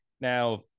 Now